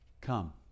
Come